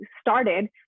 started